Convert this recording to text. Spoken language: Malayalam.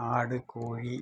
ആട് കോഴി